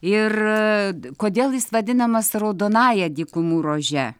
ir kodėl jis vadinamas raudonąja dykumų rože